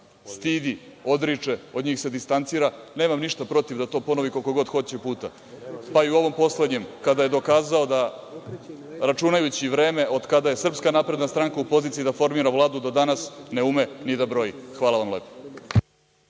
stidi, odriče, od njih se distancira, nemam ništa protiv da to ponovi koliko god hoće puta. Pa, i u ovom poslednjem, kada je dokazao da računajući vreme od kada je SNS u poziciji da formira Vladu do danas ne ume ni da broji. Hvala vam lepo.